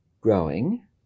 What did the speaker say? growing